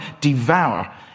Devour